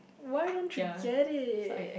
why don't you get it